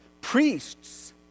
priests